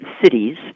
cities